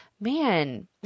man